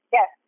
Yes